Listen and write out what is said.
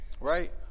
right